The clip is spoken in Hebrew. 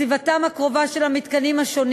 בסביבתם הקרובה של המתקנים השונים